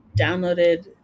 downloaded